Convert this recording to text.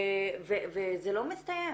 וזה לא מסתיים.